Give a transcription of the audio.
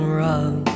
run